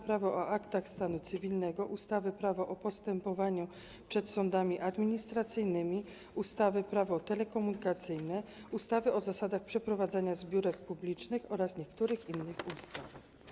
Prawo o aktach stanu cywilnego, ustawy Prawo o postępowaniu przed sądami administracyjnymi, ustawy Prawo telekomunikacyjne, ustawy o zasadach przeprowadzania zbiórek publicznych oraz niektórych innych ustaw.